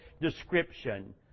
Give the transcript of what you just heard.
description